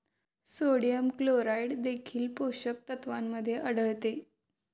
sodium chloride देखील पोषक तत्वांमध्ये आढळते